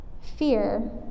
Fear